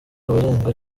abarenga